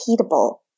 repeatable